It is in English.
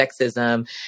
sexism